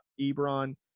Ebron